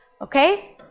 okay